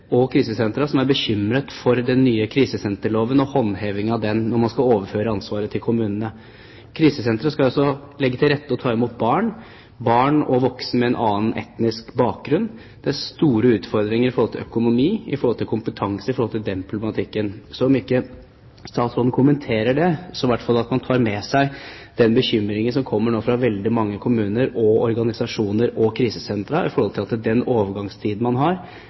landets krisesentre. Det er veldig mange kommuner og krisesentre som er bekymret for den nye krisesenterloven og håndhevingen av den når man skal overføre ansvaret til kommunene. Krisesentre skal også legge til rette for å ta imot barn og voksne med en annen etnisk bakgrunn. Det er store utfordringer i forhold til økonomi, kompetanse og den problematikken. Så om ikke statsråden kommenterer det, håper jeg han tar med seg den bekymringen som nå kommer fra veldig mange kommuner, organisasjoner og krisesentre for at den overgangstiden man har,